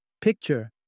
Picture